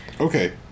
okay